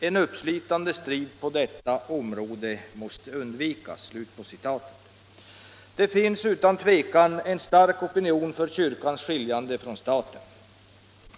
En uppslitande politisk strid på detta område måste undvikas.” Det finns utan tvekan en stark opinion för kyrkans skiljande från staten.